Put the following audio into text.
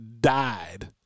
died